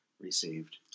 received